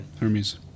Hermes